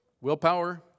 Willpower